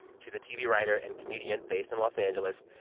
she's a tv writer and comedian based in los angeles,